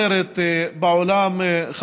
נגמור במרכולים, נטפל בזה.